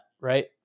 right